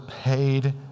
paid